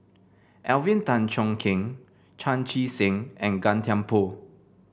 Alvin Tan Cheong Kheng Chan Chee Seng and Gan Thiam Poh